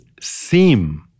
seem